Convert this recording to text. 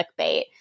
clickbait